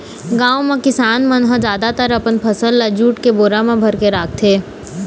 गाँव म किसान मन ह जादातर अपन फसल ल जूट के बोरा म भरके राखथे